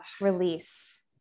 release